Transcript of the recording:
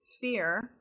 fear